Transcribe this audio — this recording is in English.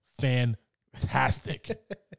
fantastic